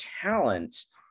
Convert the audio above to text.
talents